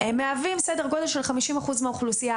ערב מהווים סדר גודל של 50% מהאוכלוסייה.